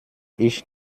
ich